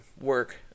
work